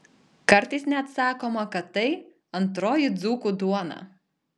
kartais net sakoma kad tai antroji dzūkų duona